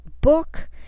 book